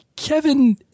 Kevin